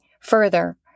further